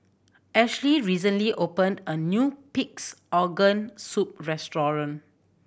Ashlie recently opened a new Pig's Organ Soup restaurant